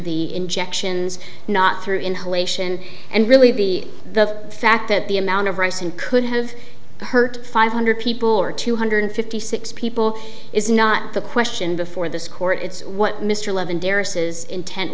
the injections not through inhalation and really be the fact that the amount of rice and could have hurt five hundred people or two hundred fifty six people is not the question before this court it's what mr levin derose is intent